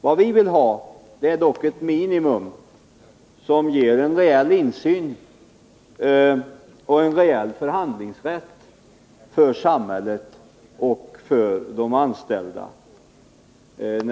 Vad vi vill ha är dock ett minimum som ger en reell insyn i de multinationella företagen och en reell förhandlingsrätt för samhället och de anställda.